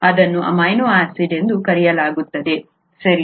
ಇದನ್ನು amino acid ಎಂದು ಕರೆಯಲಾಗುತ್ತದೆ ಸರಿ